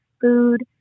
food